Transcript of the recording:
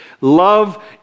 Love